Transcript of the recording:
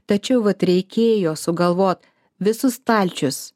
tačiau vat reikėjo sugalvot visus stalčius